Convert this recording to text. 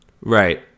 Right